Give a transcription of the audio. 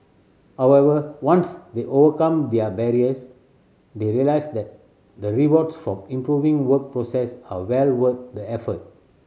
however once they overcome there barriers they realise that the rewards from improving work process are well worth the effort